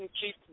keep